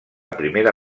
primera